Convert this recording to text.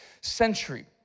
century